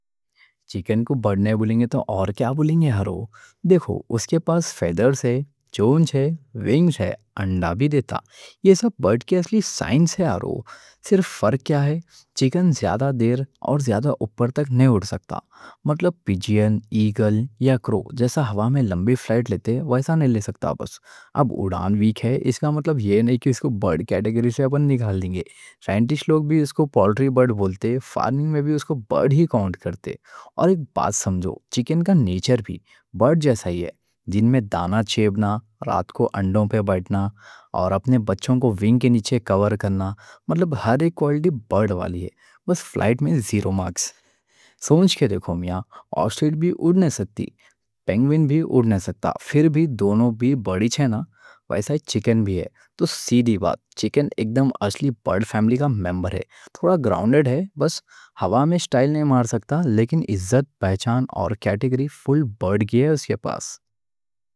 چکن کو برڈ نہیں بولیں گے تو اور کیا بلیں گے ہرو؟ دیکھو، اس کے پاس فیڈرز ہے، چونچ ہے، ونگز ہے، انڈہ بھی دیتا۔ یہ سب برڈ کے اصلی سائنس ہے ہرو۔ صرف فرق کیا ہے: چکن زیادہ دیر اور زیادہ اوپر تک اُڑ نہیں سکتا۔ مطلب پجن، ایگل یا کرو جیسا ہوا میں لمبی فلائٹ لیتے، ویسا نہیں لے سکتا بس۔ اب اُڑان ویک ہے، اس کا مطلب یہ نہیں کہ اس کو برڈ کیٹیگری سے ہم نکال دیں گے۔ سائنٹسٹ لوگ بھی اس کو پولٹری برڈ بولتے، فارمنگ میں بھی اس کو برڈ ہی کاؤنٹ کرتے۔ اور ایک بات سمجھو، چکن کا نیچر بھی برڈ جیسا ہی ہے: دن میں دانا چبنا، رات کو انڈوں پہ بیٹھنا، اور اپنے بچوں کو ونگ کے نیچے کور کرنا۔ مطلب ہر ایک کوالٹی برڈ والی ہے، بس فلائٹ میں زیرو مارکس سمجھ کے دیکھو۔ میاں، آسٹرچ بھی اُڑ نہیں سکتی، پینگوئن بھی اُڑ نہیں سکتا، پھر بھی دونوں بھی برڈ ہی ہے نا، ویسا چکن بھی ہے۔ تو سیدھی بات، چکن اکدم اصلی برڈ فیملی کا ممبر ہے، تھوڑا گراؤنڈڈ ہے۔ بس ہوا میں اسٹائل نہیں مار سکتا، لیکن عزت، پہچان اور کیٹیگری فل برڈ کی ہے اس کے پاس۔